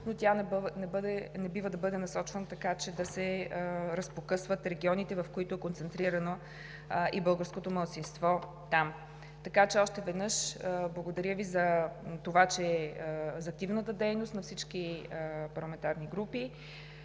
но тя не бива да бъде насочвана така, че да се разпокъсват регионите, в които е концентрирано българското малцинство там. Още веднъж благодаря за активната дейност на всички парламентарни групи